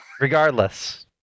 regardless